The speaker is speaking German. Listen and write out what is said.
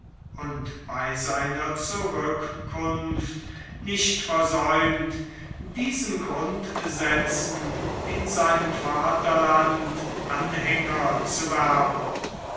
und bei seiner zurückkunft nicht versäumt diesen grundsätzen in seinem vaterland anhänger zu werben